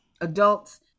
adults